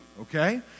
okay